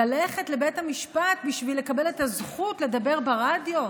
ללכת לבית המשפט בשביל לקבל את הזכות לדבר ברדיו.